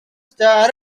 star